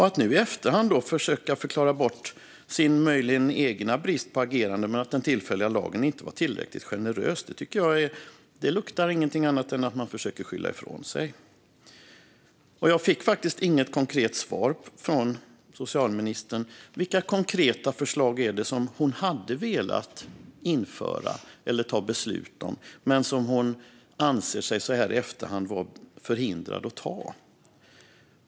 Att nu i efterhand försöka förklara bort sin möjligen egna brist på agerande med att den tillfälliga lagen inte var tillräckligt generös tycker jag inte luktar något annat än att man försöker skylla ifrån sig. Jag fick faktiskt inget konkret svar från socialministern. Vilka konkreta förslag är det som hon hade velat införa eller fatta beslut om men som hon så här i efterhand anser sig var förhindrad att fatta?